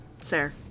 sir